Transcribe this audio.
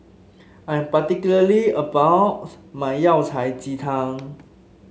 I am particularly about my Yao Cai Ji Tang